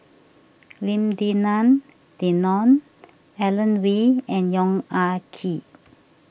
Lim Denan Denon Alan Oei and Yong Ah Kee